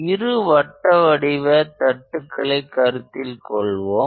இரு வட்ட வடிவ தட்டுகளை கருத்தில் கொள்வோம்